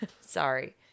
Sorry